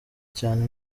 cyane